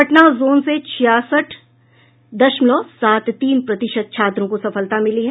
Patna zone से छियासठ दशमलव सात तीन प्रतिशत छात्रों को सफलता मिली है